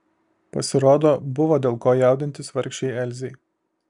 pasirodo buvo dėl ko jaudintis vargšei elzei